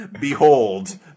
Behold